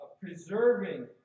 preserving